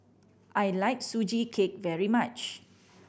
I like Sugee Cake very much